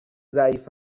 ضعیف